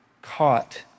caught